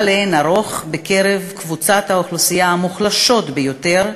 לאין ערוך בקרב קבוצות האוכלוסייה המוחלשות ביותר,